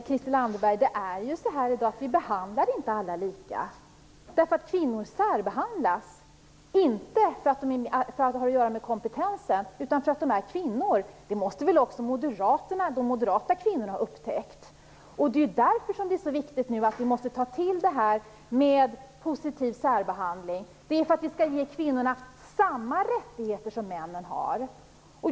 Fru talman! Vi behandlar inte alla lika i dag, Christel Anderberg. Kvinnor särbehandlas inte för att det har att göra med kompetensen utan därför att de är kvinnor. Det måste väl också de moderata kvinnorna ha upptäckt? Det är därför att det är så viktigt att vi tar till positiv särbehandling. Vi skall ge kvinnorna samma rättigheter som männen har.